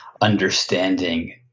understanding